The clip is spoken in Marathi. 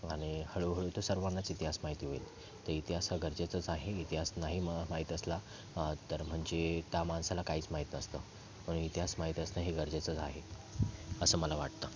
आणि हळूहळू तर सर्वांनाच इतिहास माहिती होईल तर इतिहास हा गरजेचाच आहे इतिहास नाही म माहीत असला तर म्हणजे त्या माणसाला काहीच माहीत नसतं पण इतिहास माहीत असणं हे गरजेचंच आहे असं मला वाटतं